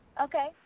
Okay